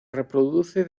reproduce